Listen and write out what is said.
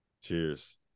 cheers